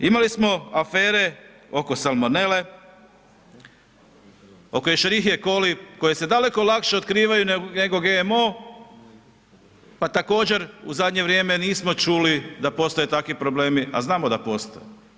Imali smo afere oko salmonele, oko escherichie coli koje se daleko lakše otkrivaju nego GMO pa također u zadnje vrijeme nismo čuli da postoje takvi problemi, a znamo da postoje.